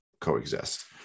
Coexist